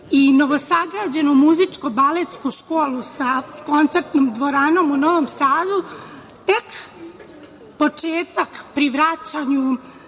i novosagrađenu muzičko-baletsku školu sa koncertnom dvoranom u Novom Sadu, tek početak pri vraćanju